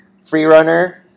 Freerunner